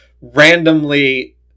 randomly